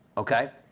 okay,